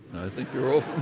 think you're all